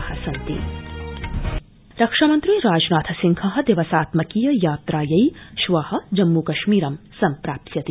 राजनाथ रक्षामन्त्री राजनाथ सिंह दिवसात्मकीय यात्रायै श्व जम्मू कश्मीरं सम्प्राप्यति